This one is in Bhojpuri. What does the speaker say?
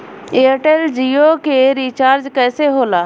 एयरटेल जीओ के रिचार्ज कैसे होला?